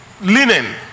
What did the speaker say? linen